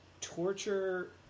torture